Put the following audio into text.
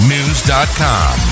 News.com